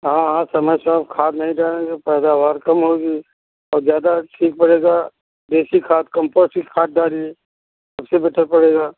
हाँ हाँ समय से खाद नहीं डालेंगे पैदावार कम होगी और ज़्यादा ठीक पड़ेगा देशी खाद कम्पोसीट खाद डालिए उसी में तो पड़ेगा